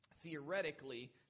theoretically